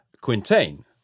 Quintain